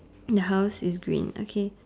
the house is green okay